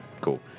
cool